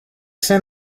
send